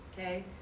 okay